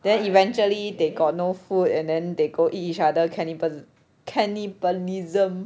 then eventually they got no food and then they go eat each other cannibal~ cannibalism